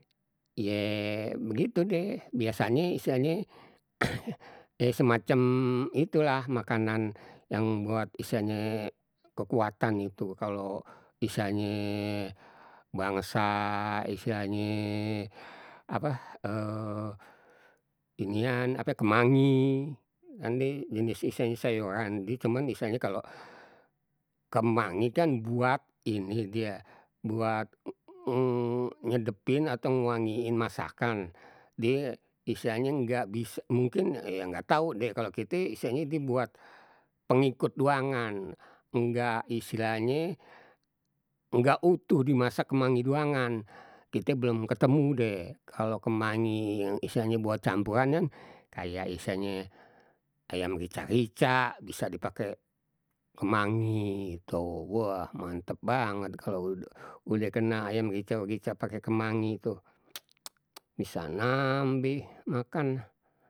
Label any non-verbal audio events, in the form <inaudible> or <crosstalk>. Iye begitu deh, biasanye istilahnye <noise> semacam itulah makanan yang buat istilahnye kekuatan itu. Kalau istilahnye bangsa istilahnye apa <hesitation> inian ape kemangi, kan die jenis istilahnye sayuran. Jadi cuman istilahnye kalau kemangi kan buat ini die, buat <hesitation> nyedepin atau, ngewaangiin masakan. Dia istilahnye nggak bisa, mungkin ya nggak tahu deh, kalau kite istilahnye die buat pengikut doangan, nggak istilahnye nggak utuh dimasak kemangi doangan. Kite belum ketemu deh kalau kemangi yang istilahnye buat campuran kan, kayak istilahnye ayam rica- rica bisa dipakai kemangi gitu. Wah, mantap banget kalau udah udeh kena ayam rica- rica pakai kemangi, tu. <noise> bisa nambeh makan.